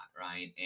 Right